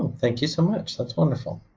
thank you so much. that's wonderful.